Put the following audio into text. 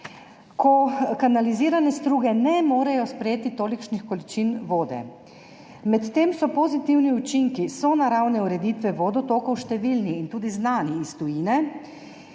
ko kanalizirane struge ne morejo sprejeti tolikšnih količin vode.« Medtem so pozitivni učinki sonaravne ureditve vodotokov številni in tudi znani iz tujine,